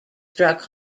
struck